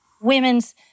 women's